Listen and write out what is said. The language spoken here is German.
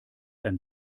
ein